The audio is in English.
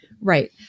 Right